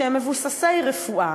שחלקם מבוססי רפואה,